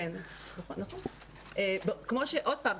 עוד פעם,